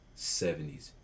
70s